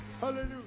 Hallelujah